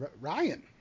Ryan